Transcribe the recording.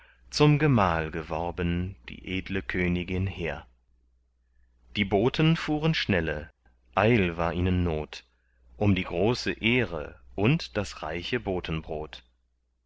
zum gemahl geworben die edle königin hehr die boten fuhren schnelle eil war ihnen not um die große ehre und das reiche